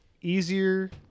easier